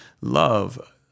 love